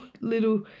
little